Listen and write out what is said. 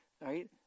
right